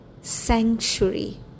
sanctuary